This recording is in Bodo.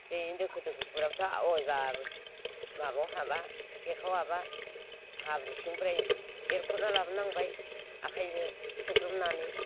बिदिनो दोखो दोखो गुराबाथ' आवायबा माबायाव हाबा जेखाव हाबा हाब्रु सिंनिफ्राय एरख'ना लाबोनांबाय आखाइजों सुग्रोमनानै